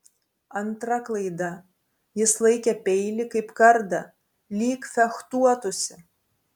antra klaida jis laikė peilį kaip kardą lyg fechtuotųsi